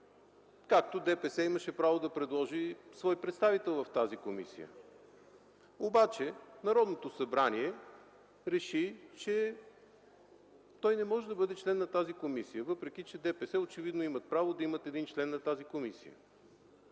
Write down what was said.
както ДПС имаше право да предложи свой представител в тази комисия. Обаче Народното събрание реши, че той не може да бъде член на тази комисия, въпреки че ДПС очевидно имат право да имат един член в тази комисия.